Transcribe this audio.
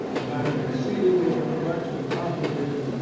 a matter exceedingly perplexed and complicated,